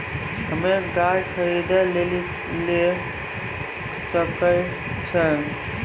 हम्मे गाय खरीदे लेली लोन लिये सकय छियै?